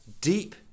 deep